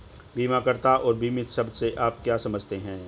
बीमाकर्ता और बीमित शब्द से आप क्या समझते हैं?